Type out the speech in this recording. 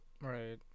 Right